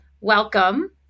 Welcome